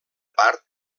part